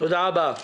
תודה רבה.